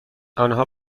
آنها